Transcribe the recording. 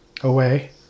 away